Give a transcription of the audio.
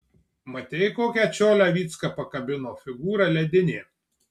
matei kokią čiolę vycka pakabino figūra ledinė